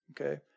Okay